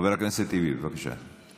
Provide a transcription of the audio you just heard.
חבר הכנסת טיבי, בבקשה.